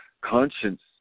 conscience